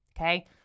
Okay